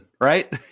right